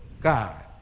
God